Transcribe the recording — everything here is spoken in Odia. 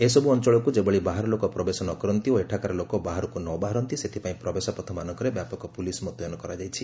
ଏସବୁ ଅଂଚଳକୁ ଯେଭଳି ବାହାର ଲୋକ ପ୍ରବେଶ ନକରନ୍ତି ଓ ଏଠାକାର ଲୋକ ବାହାରକୁ ନ ଯାଆନ୍ତି ସେଥିପାଇଁ ପ୍ରବେଶ ପଥମାନଙ୍କରେ ବ୍ୟାପକ ପୋଲିସ ମୁତୟନ କରାଯାଇଛି